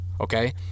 okay